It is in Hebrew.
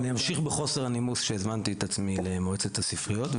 אני אמשיך בחוסר הנימוס שהזמנתי את עצמי למועצת הספריות,